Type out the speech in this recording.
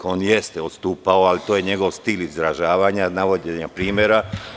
On jeste odstupao, ali to je njegov stil izražava, navođenje primera.